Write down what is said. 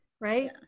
right